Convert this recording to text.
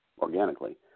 organically